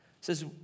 says